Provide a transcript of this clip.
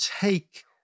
take